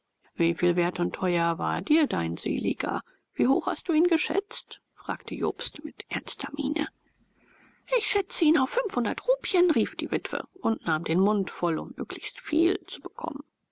wert und teuer war dir dein seliger wie hoch hast du ihn geschätzt fragte jobst mit ernster miene ich schätze ihn auf fünfhundert rupien rief die witwe und nahm den mund voll um möglichst viel zu bekommen